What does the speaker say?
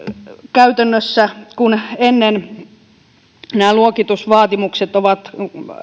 käytännössä on niin että ennen nämä luokitusvaatimukset ovat